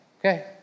okay